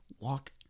walk